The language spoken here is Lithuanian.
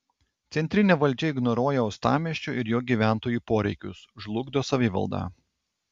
centrinė valdžia ignoruoja uostamiesčio ir jo gyventojų poreikius žlugdo savivaldą